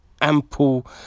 Ample